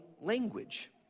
language